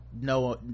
no